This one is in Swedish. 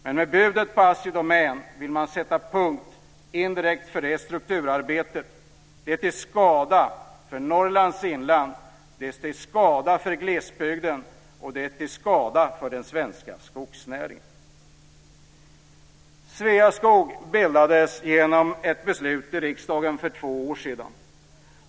Men med budet på Assi Domän vill man indirekt sätta punkt för det strukturarbetet. Det är till skada för Norrlands inland, till skada för glesbygden och till skada för den svenska skogsnäringen. Sveaskog bildades genom ett beslut i riksdagen för två år sedan.